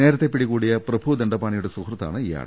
നേരത്തെ പിടികൂടിയ പ്രഭു ദണ്ഡപാണിയുടെ സുഹൃത്താണ് ഇയാൾ